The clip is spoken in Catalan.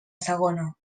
segona